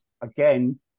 again